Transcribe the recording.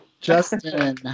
Justin